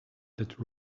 that